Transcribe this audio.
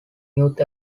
youth